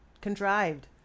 contrived